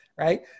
Right